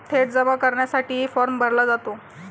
थेट जमा करण्यासाठीही फॉर्म भरला जातो